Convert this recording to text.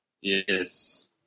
Yes